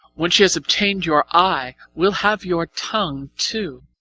when she has obtain'd your eye, will have your tongue too.